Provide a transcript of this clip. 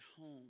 home